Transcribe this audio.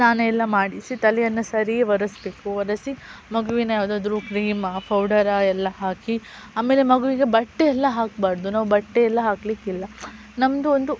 ಸ್ನಾನ ಎಲ್ಲ ಮಾಡಿಸಿ ತಲೆಯನ್ನು ಸರಿ ಒರೆಸ್ಬೇಕು ಒರೆಸಿ ಮಗುವಿನ ಯಾವುದಾದ್ರು ಕ್ರೀಮ ಪೌಡರ ಎಲ್ಲ ಹಾಕಿ ಆಮೇಲೆ ಮಗುವಿಗೆ ಬಟ್ಟೆಯೆಲ್ಲ ಹಾಕಬಾರ್ದು ನಾವು ಬಟ್ಟೆಯೆಲ್ಲ ಹಾಕಲಿಕ್ಕಿಲ್ಲ ನಮ್ಮದು ಒಂದು